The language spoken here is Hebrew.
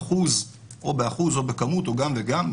או באחוז או בכמות או גם וגם,